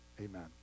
amen